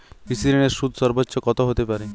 কৃষিঋণের সুদ সর্বোচ্চ কত হতে পারে?